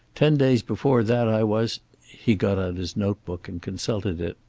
ten days before that i was he got out his notebook and consulted it.